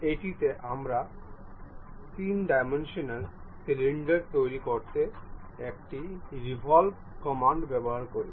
এটিতে আমরা তিন ডাইমেনশনাল সিলিন্ডার তৈরি করতে একটি রেভল্ভ কমান্ড ব্যবহার করি